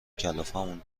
کلافمون